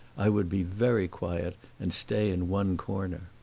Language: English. i would be very quiet and stay in one corner.